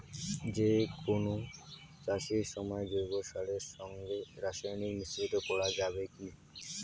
যে কোন চাষের সময় জৈব সারের সঙ্গে রাসায়নিক মিশ্রিত করা যাবে কি?